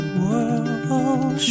world